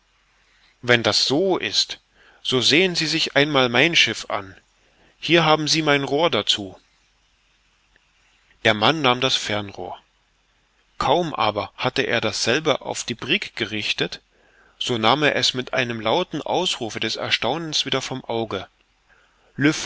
wenn das so ist so sehen sie sich einmal mein schiff an hier haben sie mein rohr dazu der mann nahm das fernrohr kaum aber hatte er dasselbe auf die brigg gerichtet so nahm er es mit einem lauten ausrufe des erstaunens wieder vom auge